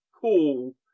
cool